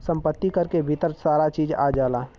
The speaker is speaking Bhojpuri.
सम्पति कर के भीतर सारा चीज आ जाला